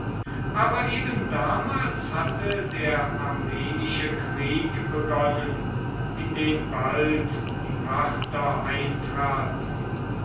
aber eben damals hatte der armenische krieg begonnen in den bald die parther eintraten